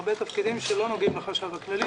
הרבה תפקידים שלא נוגעים לחשב הכללי.